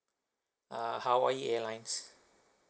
uh hawaii airlines